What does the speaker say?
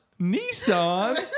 Nissan